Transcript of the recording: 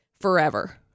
forever